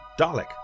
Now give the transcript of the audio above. Dalek